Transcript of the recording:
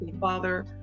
father